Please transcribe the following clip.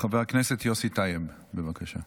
חבר הכנסת יוסי טייב, בבקשה.